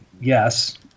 yes